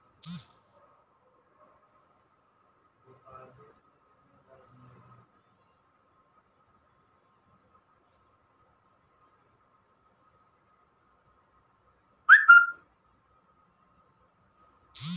हम लोन लेवल चाह तनि कइसे होई तानि बताईं?